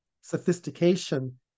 sophistication